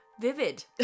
vivid